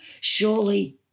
surely